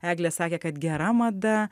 eglė sakė kad gera mada